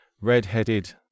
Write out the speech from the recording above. red-headed